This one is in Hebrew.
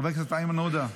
חבר הכנסת איימן עודה,